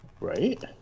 Right